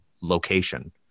location